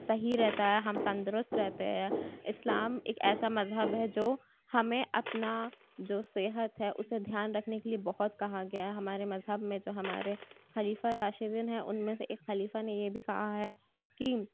صحیح رہتا ہے ہم تندرست رہتے ہیں اسلام ایک ایسا مذہب ہے جو ہمیں اپنا جو صحت ہے اسے دھیان رکھنے کے لیے بہت کہا گیا ہے ہمارے مذہب میں جو ہمارے خلیفہ راشدین ہیں ان میں سے ایک خلیفہ نے یہ بھی کہا ہے کہ